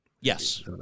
yes